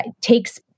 takes